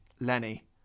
Lenny